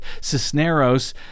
Cisneros